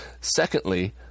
Secondly